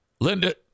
Linda